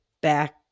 back